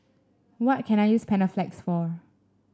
what can I use Panaflex for